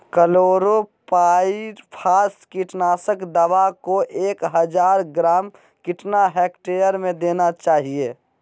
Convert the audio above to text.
Chlorpyrifos कीटनाशक दवा को एक हज़ार ग्राम कितना हेक्टेयर में देना चाहिए?